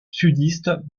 sudistes